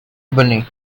ebony